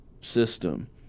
system